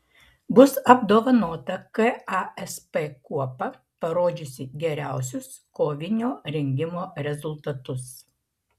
bus apdovanota kasp kuopa parodžiusi geriausius kovinio rengimo rezultatus